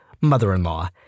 Mother-in-law